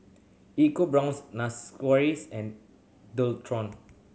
EcoBrown's and Dualtron